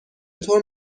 طور